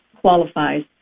qualifies